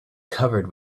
covered